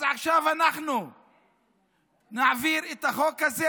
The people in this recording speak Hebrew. אז עכשיו אנחנו נעביר את החוק הזה,